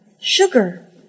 Sugar